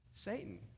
Satan